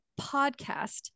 podcast